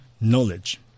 knowledge